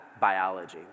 biology